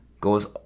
goes